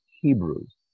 Hebrews